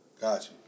Gotcha